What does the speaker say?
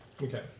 Okay